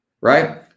right